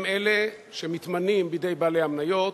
הם אלה שמתמנים בידי בעלי המניות,